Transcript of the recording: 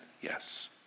Yes